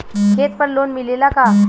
खेत पर लोन मिलेला का?